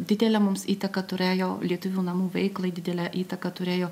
didelę mums įtaką turėjo lietuvių namų veiklai didelę įtaką turėjo